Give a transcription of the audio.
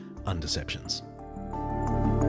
Undeceptions